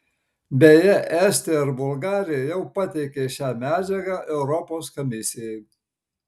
beje estija ir bulgarija jau pateikė šią medžiagą europos komisijai